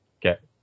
get